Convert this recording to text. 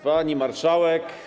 Pani Marszałek!